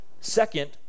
Second